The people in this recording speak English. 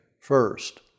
first